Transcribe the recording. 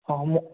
ହଁ ମୁଁ